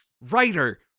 writer